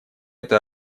этой